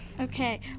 Okay